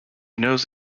knows